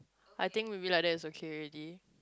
I think will be like that it's okay already